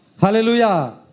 Hallelujah